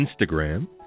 Instagram